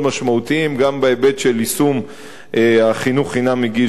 גם בהיבט של יישום חינוך חינם מגיל שלוש.